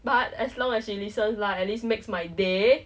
but as long as she listen lah at least makes my day